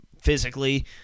physically